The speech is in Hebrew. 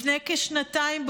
לפני כשנתיים,